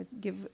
give